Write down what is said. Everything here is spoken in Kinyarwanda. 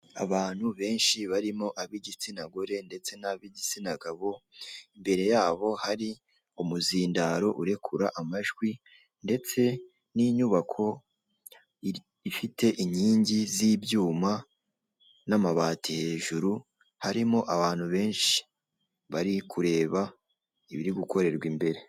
Abantu benshi harimo abi igitsina gore ndetse n'ab'igitsina gabo, imbere yabo hari umuzindaro urekura amajwi ndetse n'inyubako ifite inyingi z'ibyuma n'amabati hejuru harimo abantu benshi bari kureba ibiri gukorerwa imbere.